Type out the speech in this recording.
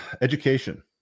Education